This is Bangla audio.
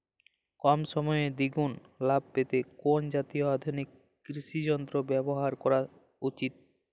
কম সময়ে দুগুন লাভ পেতে কোন জাতীয় আধুনিক কৃষি যন্ত্র ব্যবহার করা উচিৎ?